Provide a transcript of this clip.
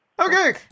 Okay